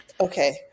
Okay